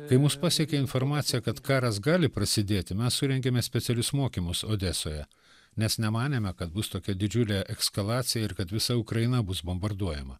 kai mus pasiekė informacija kad karas gali prasidėti mes surengėme specialius mokymus odesoje nes nemanėme kad bus tokia didžiulė ekskalacija ir kad visa ukraina bus bombarduojama